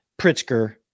Pritzker